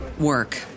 work